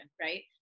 right